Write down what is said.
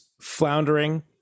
floundering